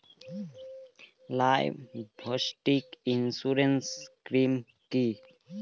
Livestock insurance scheme কি?